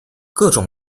各种